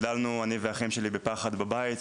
גדלנו, אני והאחים שלי, בפחד בבית.